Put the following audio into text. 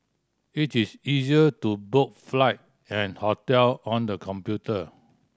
it is easy to book flight and hotel on the computer